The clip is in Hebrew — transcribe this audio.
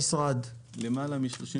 למעלה מ-38